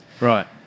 Right